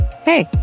Hey